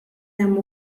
hemm